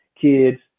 kids